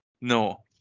No